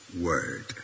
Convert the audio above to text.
word